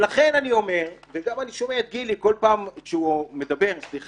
השר